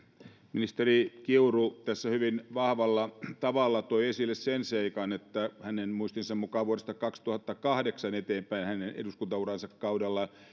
ministeri kiuru tässä hyvin vahvalla tavalla toi esille sen seikan että hänen muistinsa mukaan vuodesta kaksituhattakahdeksan eteenpäin hänen eduskuntauransa kaudella